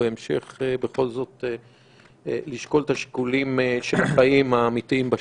בהמשך בכל זאת לשקול את השיקולים של החיים האמיתיים בשטח.